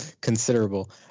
considerable